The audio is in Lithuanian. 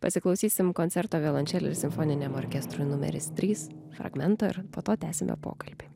pasiklausysime koncerto violončelei simfoniniam orkestrui numeris trys fragmentą ar po to tęsiame pokalbį